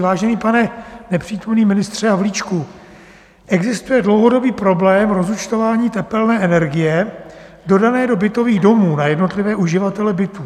Vážený pane nepřítomný ministře Havlíčku, existuje dlouhodobý problém rozúčtování tepelné energie dodané do bytových domů na jednotlivé uživatele bytu.